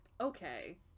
Okay